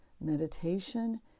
meditation